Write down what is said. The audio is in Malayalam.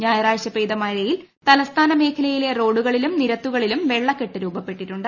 ഞായറാഴ്ച പെയ്ത മഴയിൽ തലസ്ഥാന മേഖലയിലെ റോഡുകളിലും നിരത്തുകളിലും വെള്ളക്കെട്ട് രൂപപ്പെട്ടിട്ടുണ്ട്